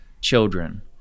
children